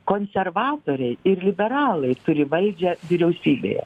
konservatoriai ir liberalai turi valdžią vyriausybėje